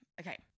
Okay